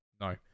No